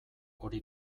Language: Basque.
hori